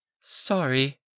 Sorry